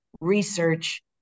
research